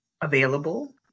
available